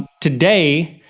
today,